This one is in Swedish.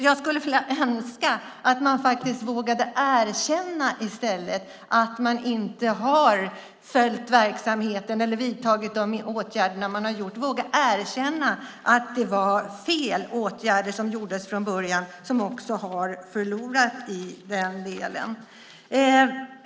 Jag skulle önska att man i stället faktiskt vågade erkänna att man inte har följt verksamheten och att de åtgärder man har vidtagit från början var fel och att man faktiskt har förlorat i den delen.